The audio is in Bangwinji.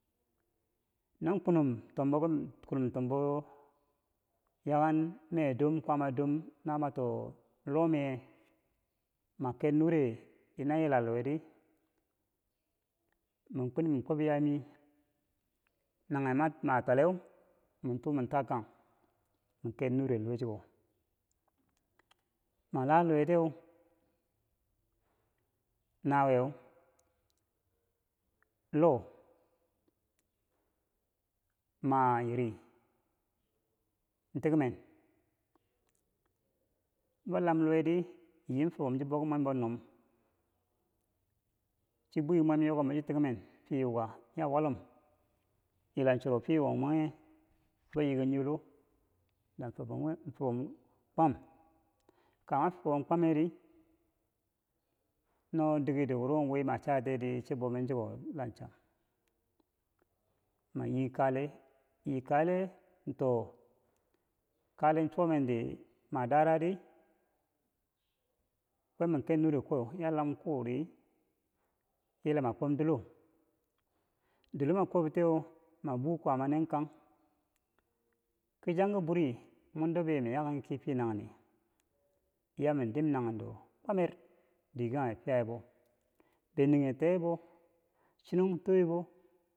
nyan kwinum tombou yaken medom kwaama dom to- o luwamnye ma ker nure na ila lohwedi mi kweni mi bwob yaa mi nanghe ma ma- twaleu min to- o mainn ta kang mi ket nure luwe chuko ma la lohwetye nawuye loh ki ma yiri tikmen man lam lohwedi yi fubom chi bomen ki mwembo nnom, chi bwi mwem yukambo chi tikmen fiye yuuka ya walum yila cheru fiye yuka mwenghe bou yiken nyilo, kwam ka nmi fubom kwameri no dikero wuro wi ma chaa tiyedi chi bou men chiko dila cham ma yii kale yii kale in to- o kale chuwamenti ma dadadi kwob man ker nure kuweu ya lam kuwe ri, yila ma kwob dilo dilo ma wobtiye mabu kwaamanin kang kichan ki buri mo dobye mi yaken ki fiye nanghene yama dim nanghendo Kwamer dikekangha fiya yebou binghe teyebo chinong toyebo.